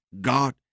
God